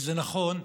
וזה נכון,